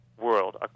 world